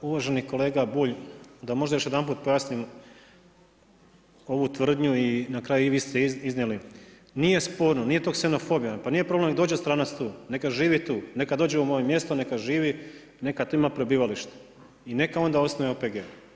Uvaženi kolega Bulj, da možda još jedanput pojasnim ovu tvrdnju i na kraju ste i vi iznijeli, nije sporno, nije to ksenofobija, pa nije problem neka dođe stranac, neka živi tu, neka dođe u moje mjesto, neka živi, neka tu ima prebivalište i neka onda osnuje OPG.